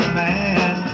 man